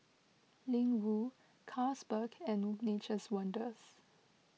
Ling Wu Carlsberg and Nature's Wonders